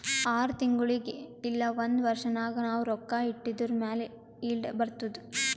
R ತಿಂಗುಳಿಗ್ ಇಲ್ಲ ಒಂದ್ ವರ್ಷ ನಾಗ್ ನಾವ್ ರೊಕ್ಕಾ ಇಟ್ಟಿದುರ್ ಮ್ಯಾಲ ಈಲ್ಡ್ ಬರ್ತುದ್